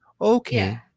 Okay